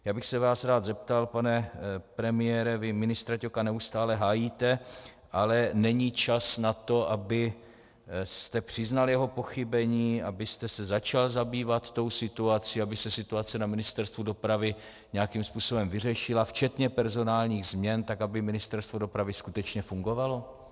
Já bych se vás rád zeptal, pane premiére vy ministra Ťoka neustále hájíte, ale není čas na to, abyste přiznal jeho pochybení, abyste se začal zabývat touto situací, aby se situace na Ministerstvu dopravy nějakým způsobem vyřešila včetně personálních změn, aby Ministerstvo dopravy skutečně fungovalo?